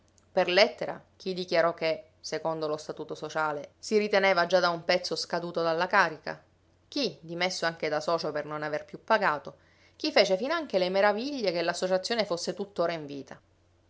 per lettera chi dichiarò che secondo lo statuto sociale si riteneva già da un pezzo scaduto dalla carica chi dimesso anche da socio per non aver più pagato chi fece finanche le meraviglie che l'associazione fosse tuttora in vita